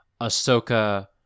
ahsoka